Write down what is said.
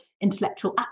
intellectual